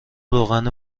روغن